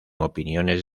opiniones